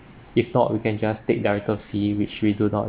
if not we can just take director fee which we do not